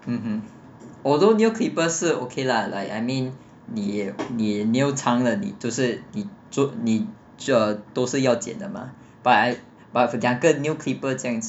mmhmm although nail clippers 是 okay lah like I mean 你也你也留长了你就是你就要剪都是要剪的 mah but I but 两个 nail clippers 这样子